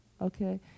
okay